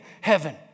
heaven